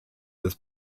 des